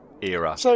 era